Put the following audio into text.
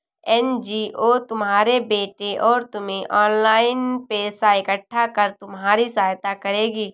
NGO तुम्हारे बेटे और तुम्हें ऑनलाइन पैसा इकट्ठा कर तुम्हारी सहायता करेगी